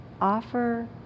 Offer